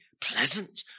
pleasant